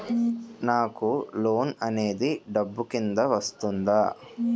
నాకు లోన్ అనేది డబ్బు కిందా వస్తుందా?